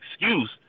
excuse